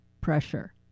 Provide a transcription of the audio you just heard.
pressure